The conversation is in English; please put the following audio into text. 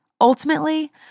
Ultimately